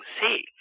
see